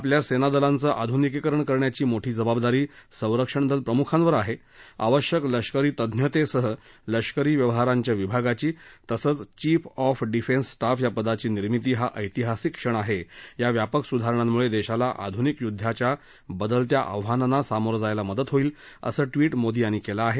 आपल्या सेनादलांचं आधुनिकीकरण करण्याची मोठी जबाबदारी संरक्षणदल प्रमुखांवर आहे आवश्यक लष्करी तज्ञतेसह लष्करी व्यवहारांच्या विभागाची तसंच चिफ ऑफ डिफेन्स स्टाफ या पदाची निर्मिती हा ऐतिहासिक क्षण आहे या व्यापक सुधारणांमुळे देशाला आधुनिक युद्धाच्या बदलत्या आव्हानांना सामोरं जायला मदत होईल असं ट्विट मोदी यांनी केलं आहे